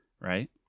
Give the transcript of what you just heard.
right